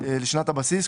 לשנת הבסיס,